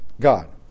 god